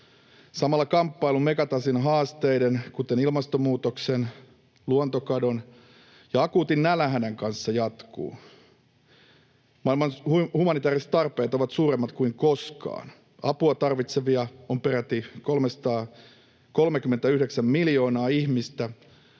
Samalla kamppailu megatason haasteiden, kuten ilmastonmuutoksen, luontokadon ja akuutin nälänhädän, kanssa jatkuu. Maailman humanitääriset tarpeet ovat suuremmat kuin koskaan. Apua tarvitsevia on peräti 339 miljoonaa ihmistä